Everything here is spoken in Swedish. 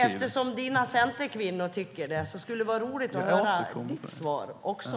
Eftersom dina centerkvinnor tycker det skulle det vara roligt att höra ditt svar också.